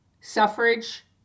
suffrage